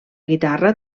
guitarra